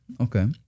Okay